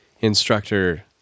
instructor